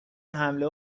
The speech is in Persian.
حمله